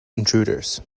intruders